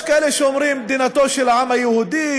יש כאלה שאומרים: מדינתו של העם היהודי,